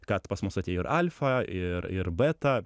kad pas mus atėjo ir alfa ir ir beta